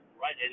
Right